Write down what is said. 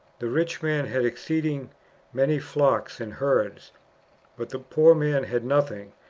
the rich man had exceeding many flocks and herds but the poor man had nothing,